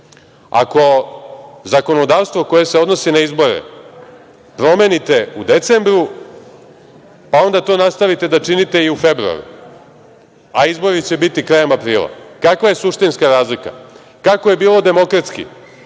Ako zakonodavstvo koje se odnosi na izbore promenite u decembru, a onda to nastavite da činite u februaru, a izbori će biti krajem aprila, kakva je suštinska razlika? Kako je bilo demokratski